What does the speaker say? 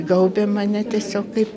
gaubė mane tiesiog kaip